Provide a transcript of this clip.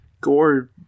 Gore